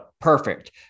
perfect